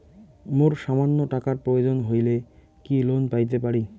মোর সামান্য টাকার প্রয়োজন হইলে কি লোন পাইতে পারি?